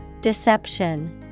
Deception